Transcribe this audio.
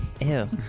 Ew